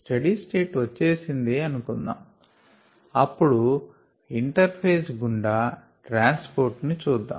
study state వచ్చేసింది అనుకుందాం అప్పుడు ఇంటర్ ఫేజ్ గుండా ట్రాన్స్ పోర్ట్ ని చూద్దాం